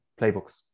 playbooks